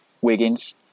Wiggins